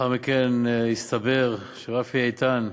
לאחר מכן הסתבר שרפי איתן,